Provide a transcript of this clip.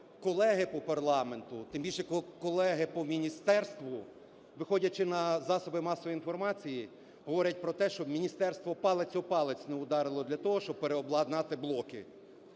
колеги по парламенту, тим більше колеги по міністерству, виходячи на засоби масової інформації, говорять про те, що міністерство палець о палець не вдарило для того, щоб переобладнати блоки.